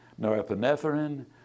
norepinephrine